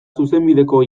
zuzenbideko